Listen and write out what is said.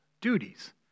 duties